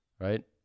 right